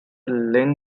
len